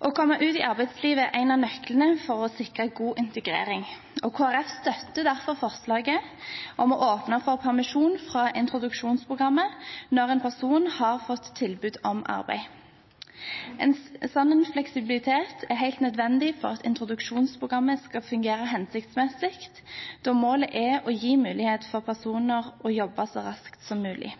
Å komme ut i arbeidslivet er en av nøklene til å sikre god integrering. Kristelig Folkeparti støtter derfor forslaget om å åpne for permisjon fra introduksjonsprogrammet når en person har fått tilbud om arbeid. En slik fleksibilitet er helt nødvendig for at introduksjonsprogrammet skal fungere hensiktsmessig, da målet er å gi personer mulighet til å komme i jobb så raskt som mulig.